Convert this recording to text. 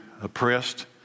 oppressed